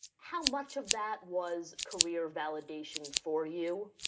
how much of that was career validation for you?